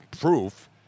proof